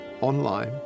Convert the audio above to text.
online